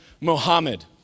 Mohammed